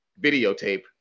videotape